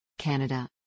Canada